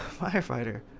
firefighter